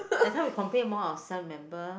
that's why we complain among ourself remember